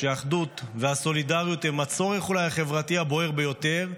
כשהאחדות והסולידריות הן אולי הצורך החברתי הבוער ביותר,